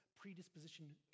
predisposition